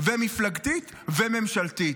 ומפלגתית וממשלתית.